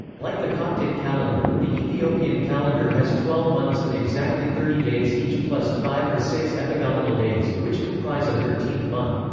like the coptic calendar, the ethiopian calendar has twelve months of exactly thirty days each plus five or six epagomenal days, which comprise a thirteenth month.